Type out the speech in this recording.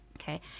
okay